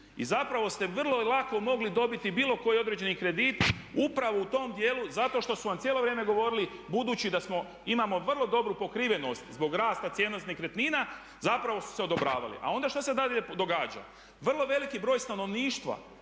I zapravo ste vrlo lako mogli dobiti bilo koji određeni kredit upravo u tom dijelu zato što su vam cijelo vrijeme govorili budući da smo, imamo vrlo dobru pokrivenost zbog rasta cijena nekretnina, zapravo su se odobravali. A onda šta se dalje događa? Vrlo veliki broj stanovništva